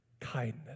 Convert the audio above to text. kindness